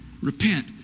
Repent